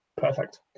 Perfect